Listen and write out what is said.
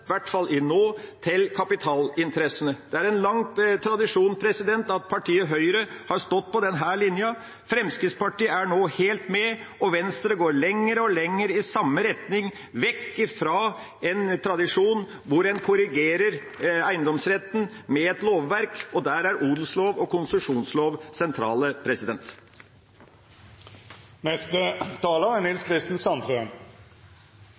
Det er en lang tradisjon at partiet Høyre har stått på denne linja. Fremskrittspartiet er nå helt med, og Venstre går lenger og lenger i samme retning – vekk fra en tradisjon hvor en korrigerer eiendomsretten med et lovverk, og der står odelslov og konsesjonslov